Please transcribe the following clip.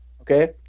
Okay